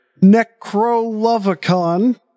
Necrolovicon